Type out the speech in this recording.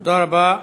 תודה רבה.